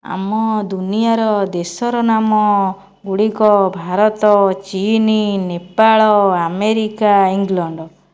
ଆମ ଦୁନିଆର ଦେଶର ନାମ ଗୁଡ଼ିକ ଭାରତ ଚିନ୍ ନେପାଳ ଆମେରିକା ଇଂଲଣ୍ଡ